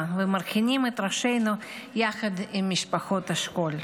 ומרכינים את ראשינו יחד עם משפחות השכול.